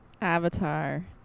Avatar